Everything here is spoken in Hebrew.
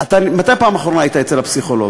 מתי פעם אחרונה היית אצל הפסיכולוג?